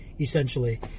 essentially